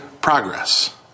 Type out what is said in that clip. progress